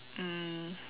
mm